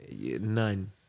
None